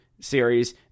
series